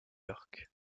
york